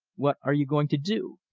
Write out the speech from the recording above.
what are you going to do?